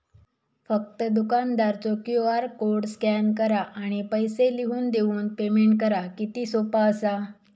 फक्त दुकानदारचो QR code scan करा आणि पैसे लिहून देऊन पेमेंट करा किती सोपा असा